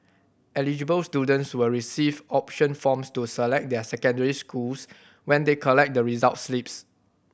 eligible students will receive option forms to select their secondary schools when they collect the results slips